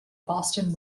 boston